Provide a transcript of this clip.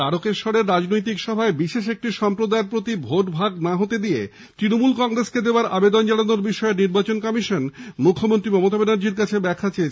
তারকেশ্বরের রাজনৈতিক সভায় বিশেষ একটি সম্প্রদায়ের প্রতি ভোট ভাগ হতে না দিয়ে তৃণমূল কংগ্রেসকে দেওয়ার আবেদন জানানোর বিষয়ে নির্বাচন কমিশন মুখ্যমন্ত্রী মমতা ব্যানার্জির কাছে ব্যাখ্যা চেয়েছে